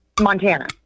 Montana